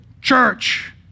Church